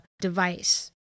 device